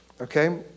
Okay